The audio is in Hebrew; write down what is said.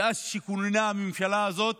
מאז שכוננה הממשלה הזאת,